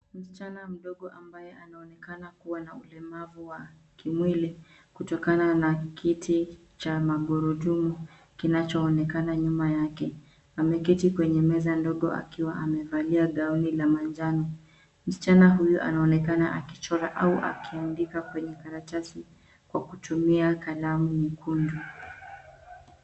Msichana mdogo ambaye anaonekana kuwa na ulemavu wa kimwili kutokana na kiti cha magurudumu kinachoonekana nyuma yake. Ameketi kwenye meza ndogo akiwa amevalia gauni la manjano. Msichana huyu anaonekana akichora au akiandika kwenye karatasi kwa kutumia kalamu nyekundu.